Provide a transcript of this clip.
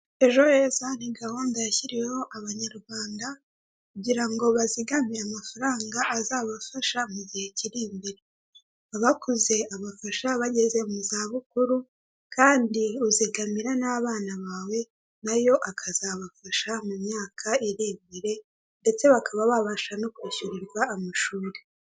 Ejo heza ni gahunda yahyiriweho abanyarwanda, kugirango bazigame amafaranga azabadasha mu gihe Kiri imbere, bakuze ,abafasha bageze muzabukuru,,kandi uzigamira n' abana bawe nayo aKazabafasha mumyaka ari imbere ndetse bakaba banabasha no kwishyurirwa amashuri.